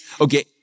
Okay